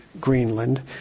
Greenland